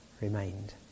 remained